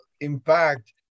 impact